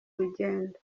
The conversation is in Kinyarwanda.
rugendo